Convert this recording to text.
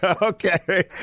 Okay